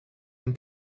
een